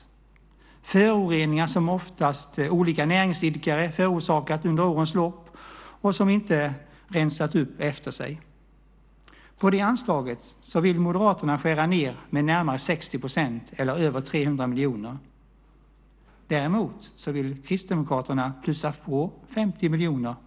Det är föroreningar som oftast olika näringsidkare förorsakat under årens lopp och inte rensat upp efter sig. På det anslaget vill Moderaterna skära ned med närmare 60 % eller över 300 miljoner. Kristdemokraterna vill däremot plussa på det anslaget med 50 miljoner.